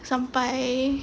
sampai